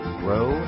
grow